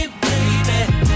baby